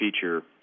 feature